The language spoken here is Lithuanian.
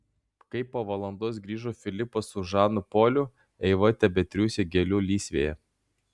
kai po valandos grįžo filipas su žanu poliu eiva tebetriūsė gėlių lysvėje